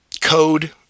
code